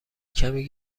کمی